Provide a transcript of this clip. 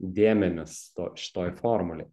dėmenis to šitoj formulėj